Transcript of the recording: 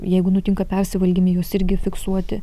jeigu nutinka persivalgymai juos irgi fiksuoti